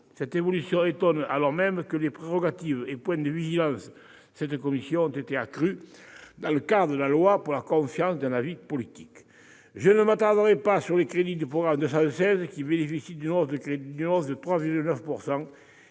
Cette évolution étonne, alors même que les prérogatives et points de vigilance de cette commission ont été accrus dans le cadre de la loi pour la confiance dans la vie politique. Je ne m'attarderai pas sur le programme 216, dont les crédits bénéficient d'une hausse de 3,9